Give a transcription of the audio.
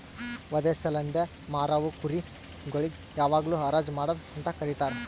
ವಧೆ ಸಲೆಂದ್ ಮಾರವು ಕುರಿ ಗೊಳಿಗ್ ಯಾವಾಗ್ಲೂ ಹರಾಜ್ ಮಾಡದ್ ಅಂತ ಕರೀತಾರ